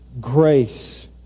grace